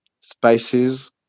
spices